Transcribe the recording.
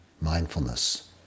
mindfulness